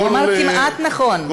הוא אמר כמעט נכון.